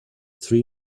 three